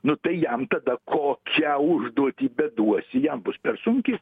nu tai jam tada kokią užduotį beduosi jam bus per sunki